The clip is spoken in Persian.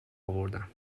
آوردم